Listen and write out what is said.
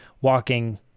walking